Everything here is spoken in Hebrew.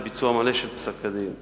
לביצוע מלא של פסק-הדין.